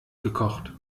gekocht